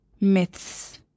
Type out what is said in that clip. myths